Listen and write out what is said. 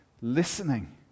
listening